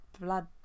blood